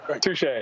Touche